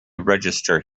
register